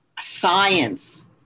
Science